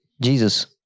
Jesus